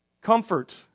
comfort